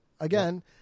again